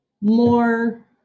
more